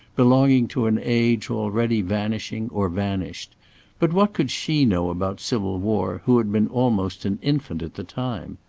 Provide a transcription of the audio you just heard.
belonging to an age already vanishing or vanished but what could she know about civil war who had been almost an infant at the time?